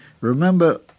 Remember